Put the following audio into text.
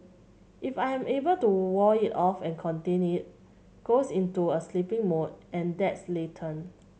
if I am able to wall it off and contain it goes into a sleeping mode and that's latent